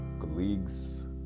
colleagues